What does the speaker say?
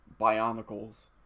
Bionicles